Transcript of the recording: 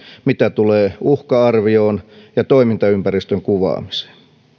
mitä tulee uhka arvioon ja toimintaympäristön kuvaamiseen